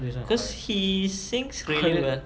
cause he sings really well